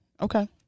Okay